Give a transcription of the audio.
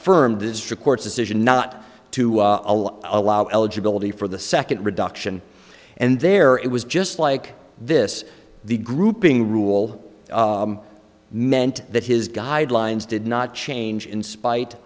the district court's decision not to allow allow eligibility for the second reduction and there it was just like this the grouping rule meant that his guidelines did not change in spite